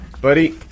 Buddy